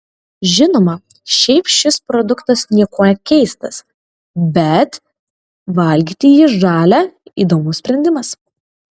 žinoma šiaip šis produktas niekuo keistas bet valgyti jį žalią įdomus sprendimas